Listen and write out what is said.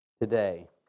today